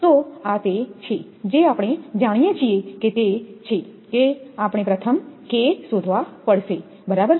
તો આ તે છે જે આપણે જાણીએ છીએ કે તે છે કે આપણે પ્રથમ K શોધવા પડશેબરાબર